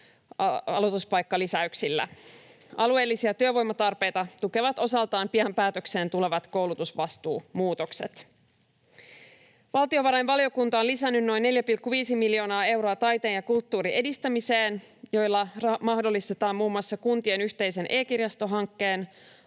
aloituspaikkalisäyksillä. Alueellisia työvoimatarpeita tukevat osaltaan pian päätökseen tulevat koulutusvastuumuutokset. Valtiovarainvaliokunta on lisännyt noin 4,5 miljoonaa euroa taiteen ja kulttuurin edistämiseen, millä mahdollistetaan muun muassa kuntien yhteisen e‑kirjastohankkeen,